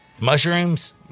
Mushrooms